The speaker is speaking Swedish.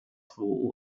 två